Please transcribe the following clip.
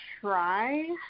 try